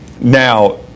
Now